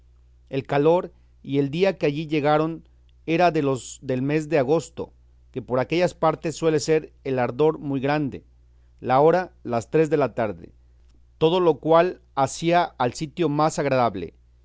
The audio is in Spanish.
el calor y el día que allí llegaron era de los del mes de agosto que por aquellas partes suele ser el ardor muy grande la hora las tres de la tarde todo lo cual hacía al sitio más agradable